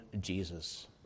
Jesus